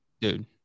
Dude